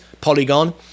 Polygon